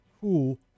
Cool